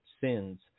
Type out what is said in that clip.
sins